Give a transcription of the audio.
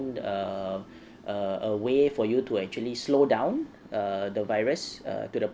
err a a way for you to actually slow down err the virus err to the